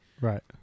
Right